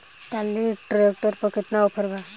Trolley tractor पर केतना offer बा?